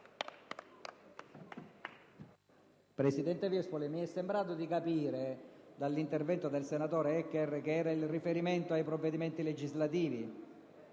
Presidente Viespoli, mi è sembrato di capire, dall'intervento del senatore De Eccher, che il nodo sta nel riferimento ai provvedimenti legislativi.